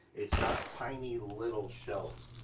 it's not tiny little shelves,